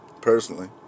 personally